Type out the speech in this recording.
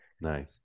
nice